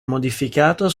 modificato